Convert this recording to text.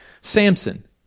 Samson